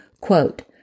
Quote